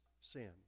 sin